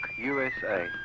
USA